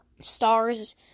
Stars